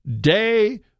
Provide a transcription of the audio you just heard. day